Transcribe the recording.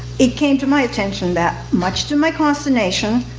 it came to my attention that, much to my consternation,